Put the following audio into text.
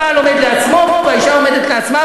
הבעל עומד לעצמו והאישה עומדת לעצמה,